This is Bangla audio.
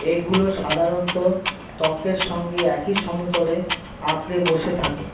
এগুলো সাধারণত ত্বকের সঙ্গে একই সমতলে আঁকড়ে বসে থাকে